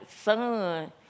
son